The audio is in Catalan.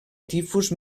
tifus